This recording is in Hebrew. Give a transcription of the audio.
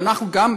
ואנחנו גם,